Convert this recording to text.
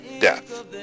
death